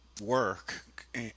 work